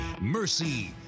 Mercy